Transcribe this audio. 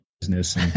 business